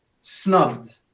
snubbed